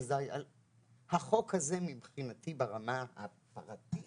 החוק הזה מבחינתי ברמה הפרטית